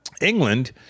England